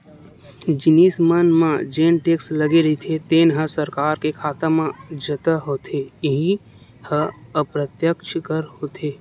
जिनिस मन म जेन टेक्स लगे रहिथे तेन ह सरकार के खाता म जता होथे इहीं ह अप्रत्यक्छ कर होथे